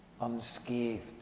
unscathed